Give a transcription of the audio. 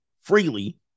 freely